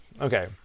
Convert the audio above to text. okay